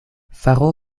faro